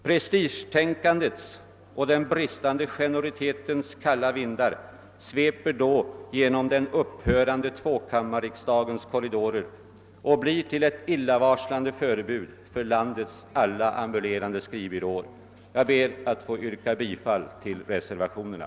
Prestigetänkandet och den bristande generositetens kalla vindar sveper då genom den upphörande tvåkammarriksdagens korridorer och blir till ett illavarslande förebud för landets alla ambulerande skrivbyråer. Jag ber att få yrka bifall till reservationerna.